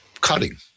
cutting